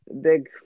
big